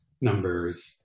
numbers